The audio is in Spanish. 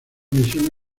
misión